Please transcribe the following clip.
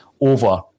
over